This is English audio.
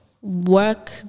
work